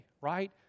right